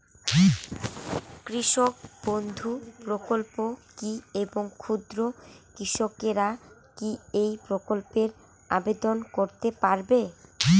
কৃষক বন্ধু প্রকল্প কী এবং ক্ষুদ্র কৃষকেরা কী এই প্রকল্পে আবেদন করতে পারবে?